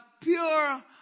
pure